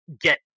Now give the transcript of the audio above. get